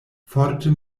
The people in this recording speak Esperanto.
forte